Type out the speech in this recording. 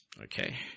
Okay